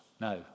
No